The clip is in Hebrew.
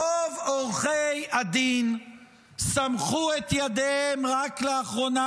רוב עורכי הדין סמכו את ידיהם רק לאחרונה